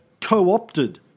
co-opted